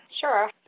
Sure